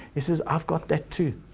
it says, i've got that too.